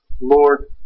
Lord